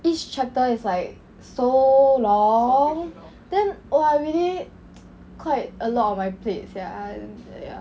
each chapter is like so long then oh I really quite a lot on my plate sia ya